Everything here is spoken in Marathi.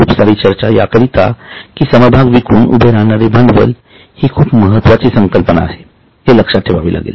खूप सारी चर्चा या करीता कि समभाग विकून उभे राहणारे भांडवल हि खूप महत्वाची संकल्पना आहे हे लक्षात ठेवावे लागेल